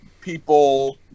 people